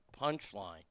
punchline